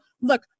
look